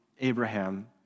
Abraham